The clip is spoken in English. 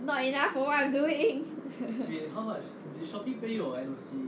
not enough for what I'm doing